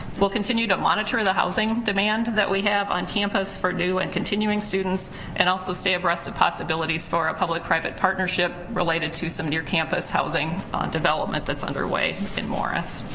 we'll continue to monitor the housing demand that we have on campus for new and continuing students and also stay abreast of possibilities for a public private partnership related to some near campus housing development that's underway in morris.